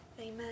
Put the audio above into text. Amen